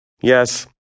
Yes